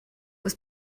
was